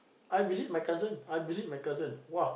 I visit my cousin I visit my cousin !wah!